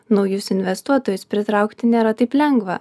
naujus investuotojus pritraukti nėra taip lengva